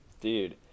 Dude